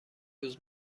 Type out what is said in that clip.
روز